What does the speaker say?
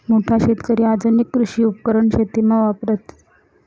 मोठा शेतकरी आधुनिक कृषी उपकरण शेतीमा वापरतस